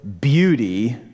beauty